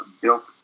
built